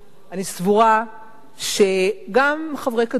אני סבורה שגם חברי קדימה,